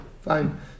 Fine